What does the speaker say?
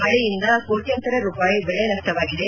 ಮಳೆಯಿಂದ ಕೋಟ್ಟಾಂತರ ರೂಪಾಯಿ ಬೆಳೆ ನಷ್ಟವಾಗಿದೆ